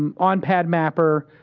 um on padmapper,